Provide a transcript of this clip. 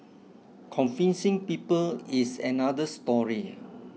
convincing people is another story